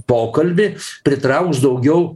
pokalbį pritrauks daugiau